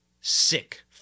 Sick